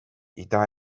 ida